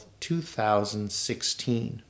2016